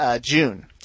June